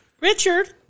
Richard